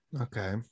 okay